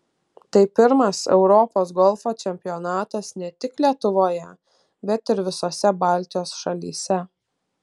tai pirmas europos golfo čempionatas ne tik lietuvoje bet ir visose baltijos šalyse